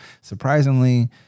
Surprisingly